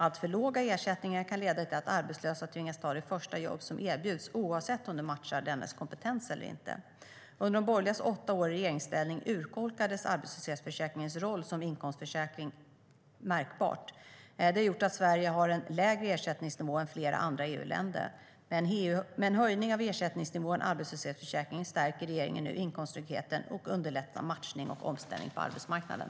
Alltför låga ersättningar kan leda till att arbetslösa tvingas ta det första jobbet som erbjuds, oavsett om det matchar deras kompetens eller inte. Under de borgerligas åtta år i regeringsställning urholkades arbetslöshetsförsäkringens roll som inkomstförsäkring märkbart. Det har gjort att Sverige har en lägre ersättningsnivå än flera andra EU-länder. Med höjningen av ersättningsnivån i arbetslöshetsförsäkringen stärker regeringen nu inkomsttryggheten och underlättar matchning och omställning på arbetsmarknaden.